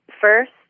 First